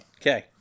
Okay